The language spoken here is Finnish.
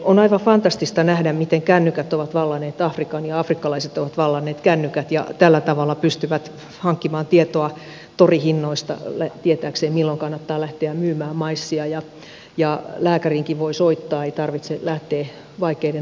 on aivan fantastista nähdä miten kännykät ovat vallanneet afrikan ja afrikkalaiset ovat vallanneet kännykät ja tällä tavalla pystyvät hankkimaan tietoa torihinnoista tietääkseen milloin kannattaa lähteä myymään maissia ja lääkäriinkin voi soittaa ei tarvitse lähteä vaikeiden taipalten taakse